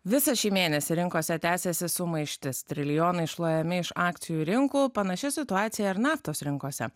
visą šį mėnesį rinkose tęsiasi sumaištis trilijonai šluojami iš akcijų rinkų panaši situacija ir naftos rinkose